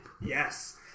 Yes